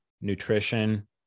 nutrition